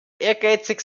ehrgeizig